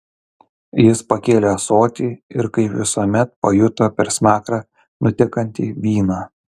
jis pakėlė ąsotį ir kaip visuomet pajuto per smakrą nutekantį vyną